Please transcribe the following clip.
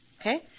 Okay